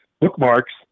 bookmarks